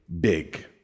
big